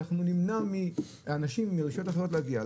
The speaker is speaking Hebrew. ואנחנו נמנע מאנשים מרשויות אחרות להגיע.